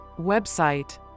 Website